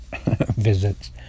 visits